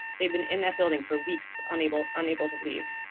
they've been in that building for weeks, unable unable to leave.